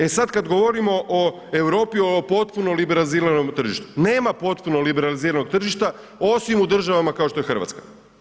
E sad, kad govorimo o Europi o potpuno liberaliziranom tržištu, nema potpuno liberaliziranog tržišta osim u državama kao što je Hrvatska.